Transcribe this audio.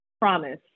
promise